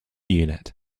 unit